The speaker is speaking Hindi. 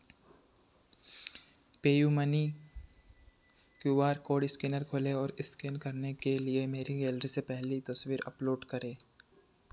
PayU money Q R code scanner खोले और स्कैन करने के लिए मेरी गैलरी से पहली तस्वीर अपलोड करें